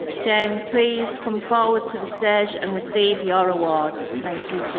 jane, please come forward to the stage and receive your award. thank you.